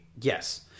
Yes